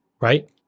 right